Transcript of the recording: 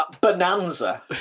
bonanza